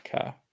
Okay